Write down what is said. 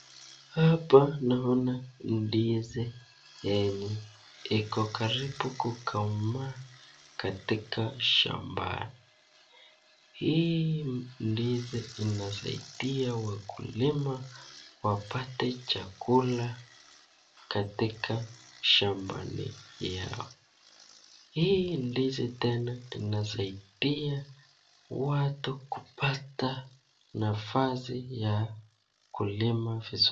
Hapa naona ndizi yenye iko karibu kukomaa katika shambani. Hii ndizi inasaidia wakulima wapate chakula katika shambani yao. Hii ndizi tena inasaidia watu kupata nafasi ya kulima vizuri.